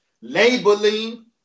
Labeling